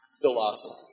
philosophy